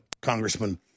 Congressman